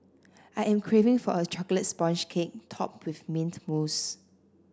I am craving for a chocolate sponge cake topped with mint mousse